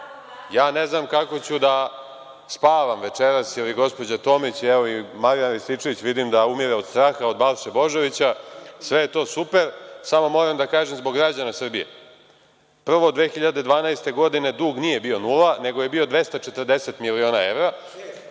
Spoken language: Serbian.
Ja ne znam kako ću da spavam večeras, ili gospođa Tomić, ili Marijan Rističević, vidim da umire od straha od Balše Božovića. Sve je to super, samo moram da kažem, zbog građana Srbije da 2012. godine dug nije bio nula, nego je bio 240 miliona evra.